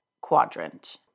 quadrant